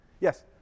Yes